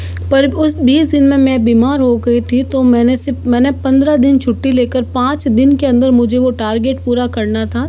पर उस बीस दिन में मैं बीमार हो गई थी तो मैंने सिर्फ़ मैंने पंद्रह दिन छुट्टी लेकर पाँच दिन के अंदर मुझे वो टारगेट पूरा करना था